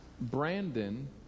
Brandon